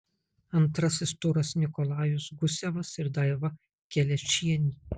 antrasis turas nikolajus gusevas ir daiva kelečienė